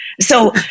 So-